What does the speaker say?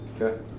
Okay